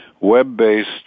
web-based